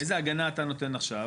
איזה הגנה אתה נותן עכשיו?